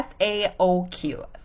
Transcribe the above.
SAOQ